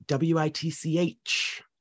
WITCH